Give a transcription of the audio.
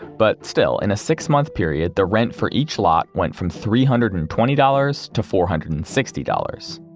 but still, in a six-month period, the rent for each lot went from three hundred and twenty dollars to four hundred and sixty dollars.